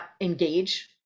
engage